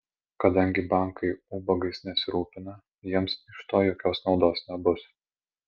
kadangi bankai ubagais nesirūpina jiems iš to jokios naudos nebus